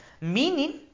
meaning